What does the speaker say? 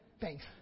Thanks